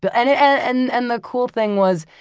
but and and and the cool thing was,